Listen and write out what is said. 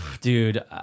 dude